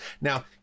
Now